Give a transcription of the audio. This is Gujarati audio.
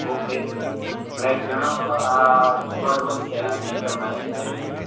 ઓકે પ્રાઈઝ જણાવશો અ થર્ડ વન છે આ સેન્ટર મા એની પ્રાઈઝ શું છે